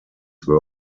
were